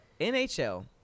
NHL